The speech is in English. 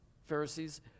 Pharisees